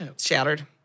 Shattered